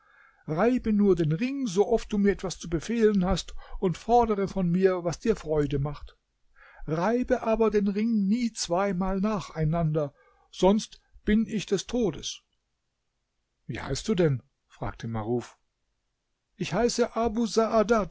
reibe nur den ring sooft du mir etwas zu befehlen hast und fordere von mir was dir freude macht reibe aber den ring nie zweimal nacheinander sonst bin ich des todes wie heißt du denn fragte maruf ich heiße abu